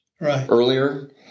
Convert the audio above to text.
earlier